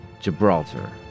Gibraltar